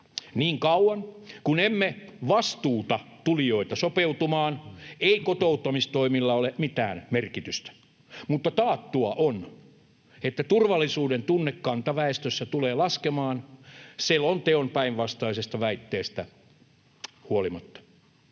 Niin kauan kuin emme vastuuta tulijoita sopeutumaan, ei kotouttamistoimilla ole mitään merkitystä. Mutta taattua on, että turvallisuudentunne kantaväestössä tulee laskemaan selonteon päinvastaisista väitteistä huolimatta.